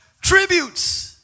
tributes